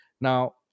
Now